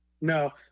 No